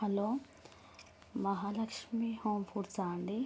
hello Mahalakshmi home ఫుడ్సా అండీ